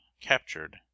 captured